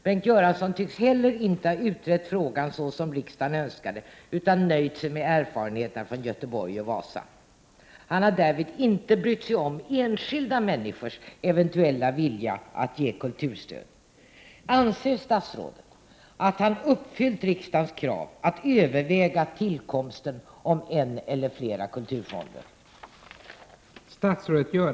Bengt Göransson tycks inte heller ha uttrett frågan såsom riksdagen önskade utan nöjt sig med erfarenheterna från Göteborg och från Wasamuseet. Han har därvid inte brytt sig om enskilda människors eventuella vilja att ge kulturstöd. Anser statsrådet att han uppfyllt riksdagens krav på att överväga tillkomsten av en eller flera kulturfonder?